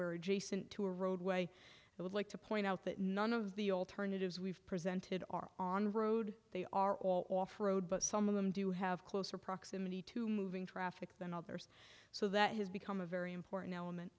we're adjacent to a roadway i would like to point out that none of the alternatives we've presented are on road they are all off road but some of them do have closer proximity to moving traffic than others so that has become a very important